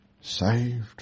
saved